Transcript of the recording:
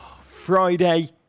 Friday